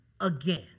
again